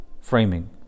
framing